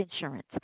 insurance